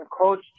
Coach